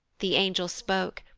the angel spoke,